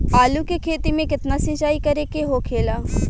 आलू के खेती में केतना सिंचाई करे के होखेला?